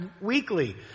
weekly